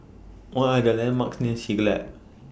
What Are The landmarks near Siglap